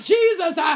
Jesus